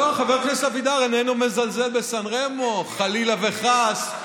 חבר הכנסת אבידר איננו מזלזל בסן רמו, חלילה וחס.